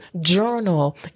Journal